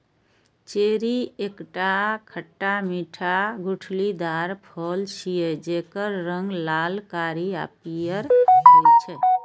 cherry एकटा खट्टा मीठा गुठलीदार फल छियै, जेकर रंग लाल, कारी आ पीयर होइ छै